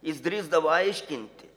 išdrįsdavo aiškinti